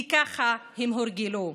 כי ככה הם הורגלו.